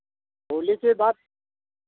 होली के बाद